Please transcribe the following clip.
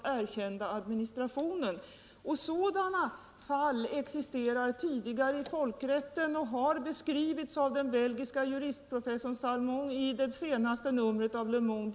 Sådana fall då två administrationer för var sitt territorium av ett land erkänts har förekommit tidigare i folkrätten och har i det senaste numret av Le Monde Diplomatique beskrivits av den belgiske professorn i juridik Salmon.